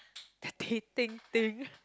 that dating thing